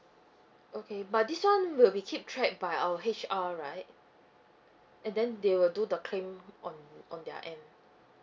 okay but this one will be keep tracked by our H_R right and then they will do the claim on on their end